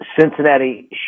Cincinnati